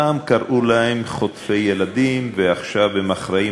פעם קראו להם "חוטפי ילדים" ועכשיו הם אחראים